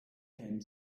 came